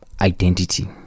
identity